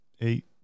eight